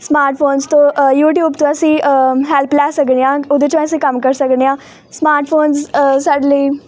smart phones ਤੋਂ YouTube ਤੋਂ ਅਸੀਂ ਹੈਲਪ ਲੈ ਸਕਦੇ ਹਾਂ ਉਹਦੇ 'ਚੋਂ ਅਸੀਂ ਕੰਮ ਕਰ ਸਕਦੇ ਹਾਂ ਸਮਾਰਟ ਫੋਨਜ਼ ਸਾਡੇ ਲਈ